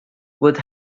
would